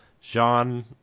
Jean